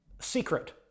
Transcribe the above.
secret